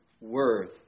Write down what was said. worth